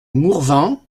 mourvenc